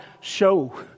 show